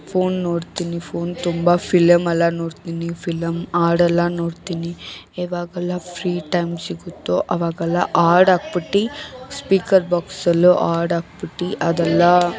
phone ನೋಡ್ತೀನಿ phone ತುಂಬ ಫಿಲಮೆಲ್ಲ ನೋಡ್ತೀನಿ ಫಿಲಮ್ ಹಾಡೆಲ್ಲ ನೋಡ್ತೀನಿ ಯಾವಾಗೆಲ್ಲ ಫ್ರೀ ಟೈಮ್ ಸಿಗುತ್ತೋ ಅವಾಗೆಲ್ಲ ಹಾಡಾಕ್ಬಿಟ್ಟು ಸ್ಪೀಕರ್ ಬಾಕ್ಸಲ್ಲು ಹಾಡಾಕ್ಬಿಟ್ಟು ಅದೆಲ್ಲ